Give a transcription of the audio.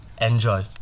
Enjoy